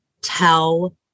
tell